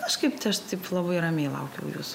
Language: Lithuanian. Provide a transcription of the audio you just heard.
aš kaip aš taip labai ramiai laukiau jūsų